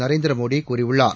நரேந்திரமோடி கூறியுள்ளார்